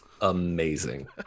amazing